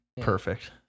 perfect